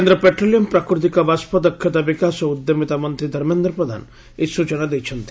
କେନ୍ଦ୍ର ପେଟ୍ରୋଲିୟମ୍ ପ୍ରାକୃତିକ ବାଷ୍ବ ଦକ୍ଷତା ବିକାଶ ଓ ଉଦ୍ୟମିତା ମନ୍ତୀ ଧର୍ମେନ୍ଦ ପ୍ରଧାନ ଏହି ସୂଚନା ଦେଇଛନ୍ତି